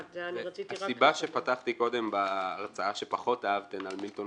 הסיבה שפתחתי בהרצאה שפחות אהבתם על מילטון